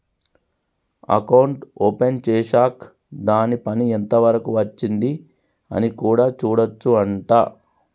account open చేశాక్ దాని పని ఎంత వరకు వచ్చింది అని కూడా చూడొచ్చు అంట